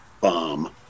bomb